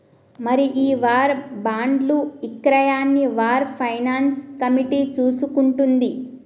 మరి ఈ వార్ బాండ్లు ఇక్రయాన్ని వార్ ఫైనాన్స్ కమిటీ చూసుకుంటుంది